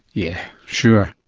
yeah, sure.